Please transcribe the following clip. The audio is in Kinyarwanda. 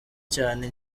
cyane